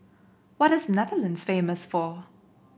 what is Netherlands famous for